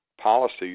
policies